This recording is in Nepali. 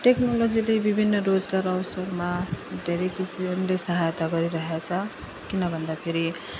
टेक्नोलोजीले विभिन्न रोजगार अवसरमा धेरै किसिमले सहायता गरिरहेको छ किन भन्दाफेरि